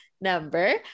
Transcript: number